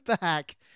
back